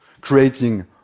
creating